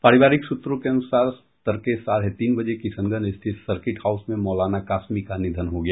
पारिवारिक सूत्रों के अनुसार तड़के साढ़े तीन बजे किशनगंज स्थित सर्किट हाउस में मौलाना कासमी का निधन हो गया